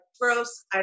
gross